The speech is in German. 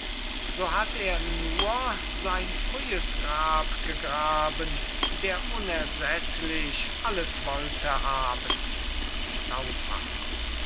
so hat er nur sein frühes grab gegraben der unersättlich alles wollte haben